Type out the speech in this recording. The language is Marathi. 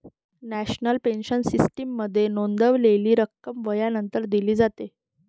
नॅशनल पेन्शन सिस्टीममध्ये नोंदवलेली रक्कम वयानंतर दिली जाते